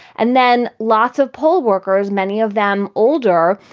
and then lots of poll workers, many of them older,